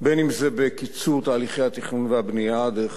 אם בקיצור תהליכי התכנון והבנייה דרך